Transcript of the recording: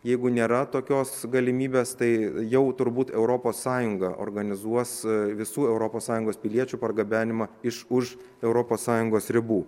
jeigu nėra tokios galimybės tai jau turbūt europos sąjunga organizuos visų europos sąjungos piliečių pargabenimą iš už europos sąjungos ribų